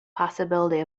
possibility